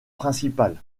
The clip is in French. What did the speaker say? principal